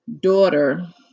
daughter